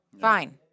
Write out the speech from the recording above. Fine